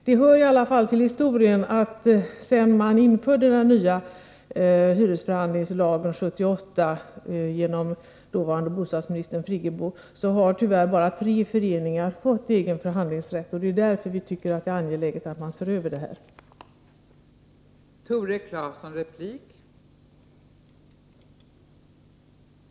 Det hör till historien att sedan den nya hyresförhandlingslagen infördes 1978 av den dåvarande bostadsministern Friggebo har tyvärr bara tre föreningar fått egen förhandlingsrätt. Det är därför vi anser det angeläget att se över den här frågan.